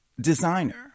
designer